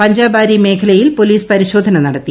പഞ്ചാബാരി മേ്ഖലയിൽ പോലീസ് പരിശോധന നടത്തി